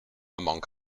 among